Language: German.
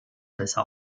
besser